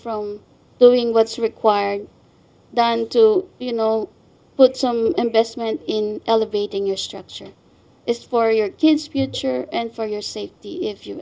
from doing what's required done to you know put some investment in elevating your structure is for your kids future and for your safety if you